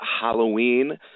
Halloween